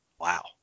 wow